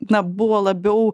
na buvo labiau